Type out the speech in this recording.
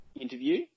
interview